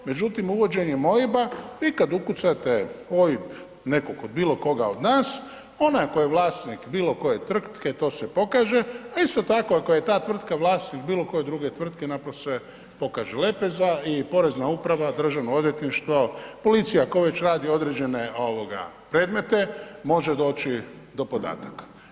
Međutim uvođenjem OIB-a, vi kad ukucate OIB nekog od bilo koga od nas, on ako je vlasnik bilo koje tvrtke to se pokaže, a isto tako ako je ta tvrtka vlasnik bilo koje tvrtke na to se pokaže lepeza i Porezna uprava, Državno odvjetništvo, policija tko već radi određene ovoga predmete može doći do podataka.